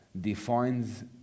defines